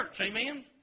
amen